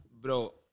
Bro